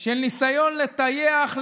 של ניסיון לטייח,